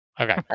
Okay